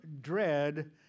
dread